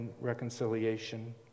reconciliation